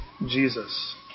Jesus